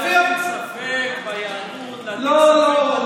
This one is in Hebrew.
להטיל ספק ביהדות, להטיל ספק בתורה, לא.